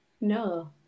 no